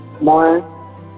more